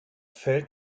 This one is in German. feld